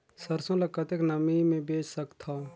सरसो ल कतेक नमी मे बेच सकथव?